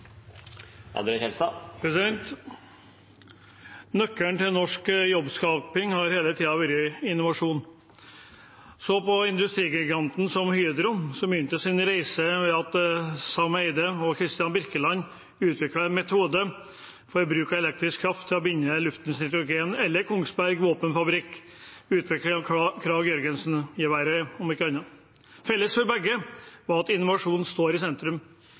Replikkordskiftet er omme. Nøkkelen til norsk jobbskaping har hele tiden vært innovasjon. Se på en industrigigant som Hydro, som begynte sin reise ved at Sam Eyde og Kristian Birkeland utviklet en metode for bruk av elektrisk kraft til å binde nitrogen i lufta, eller Kongsberg Våpenfabrikks utvikling av Krag-Jørgensen-geværet – om ikke annet. Felles for begge var at innovasjon sto i sentrum.